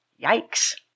Yikes